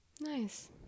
Nice